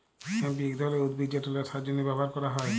hemp ইক ধরলের উদ্ভিদ যেট ল্যাশার জ্যনহে ব্যাভার ক্যরা হ্যয়